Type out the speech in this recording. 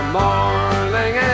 morning